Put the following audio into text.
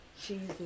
jesus